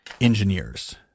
engineers